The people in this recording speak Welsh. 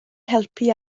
helpu